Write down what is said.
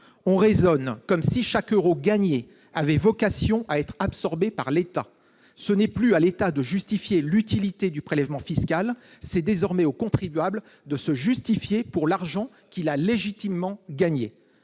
On raisonne comme si chaque euro gagné avait vocation à être absorbé par l'État. Ce n'est plus à l'État de justifier l'utilité du prélèvement fiscal ; c'est désormais au contribuable de se justifier pour l'argent qu'il a légitimement gagné.